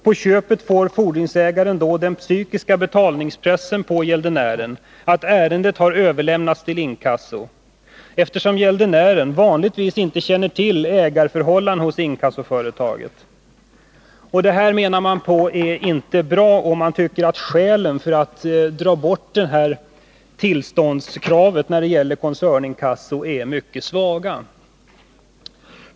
På köpet får fordringsägaren då den psykiska betalningspressen på gäldenären att ärendet överlämnats till inkasso — eftersom gäldenären vanligtvis inte känner till ägareförhållandena hos inkassoföretaget.” Man tycker att skälen för att dra bort tillståndskravet för koncerninkasso är mycket svaga.